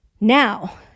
Now